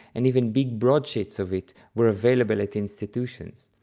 and even big broad sheets of it, were available at institutions,